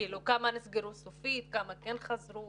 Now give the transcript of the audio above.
כמה נסגרו סופית, כמה כן חזרו?